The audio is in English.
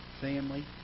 family